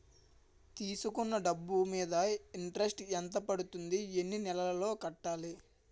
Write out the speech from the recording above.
తీసుకున్న డబ్బు మీద ఇంట్రెస్ట్ ఎంత పడుతుంది? ఎన్ని నెలలో కట్టాలి?